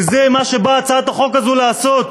וזה מה שבאה הצעת החוק הזאת לעשות.